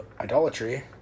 idolatry